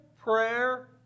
prayer